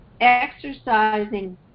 exercising